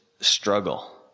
struggle